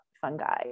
fungi